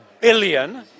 billion